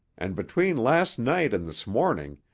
and between last night and this morning,